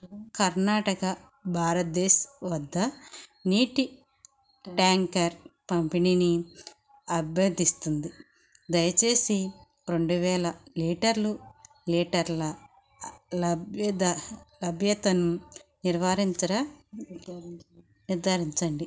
కర్ణాటక భారతదేశం వద్ద నీటి ట్యాంకర్ పంపిణీని అభ్యర్థిస్తుంది దయచేసి రెండు వేల లీటర్లు లీటర్ల లభ్యతను నిర్వారించరా నిర్ధారించండి